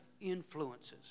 influences